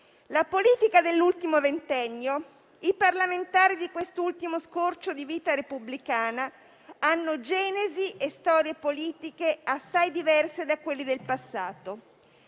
La politica dell'ultimo ventennio e i parlamentari di quest'ultimo scorcio di vita repubblicana hanno genesi e storie politiche assai diverse da quelli del passato.